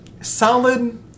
Solid